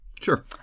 Sure